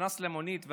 נכנס למונית ואמר: